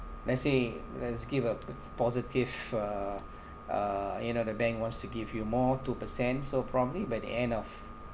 let's say let's give a uh positive uh uh you know the bank wants to give you more two percent so probably by the end of